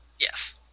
Yes